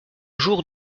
jour